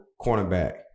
cornerback